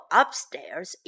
upstairs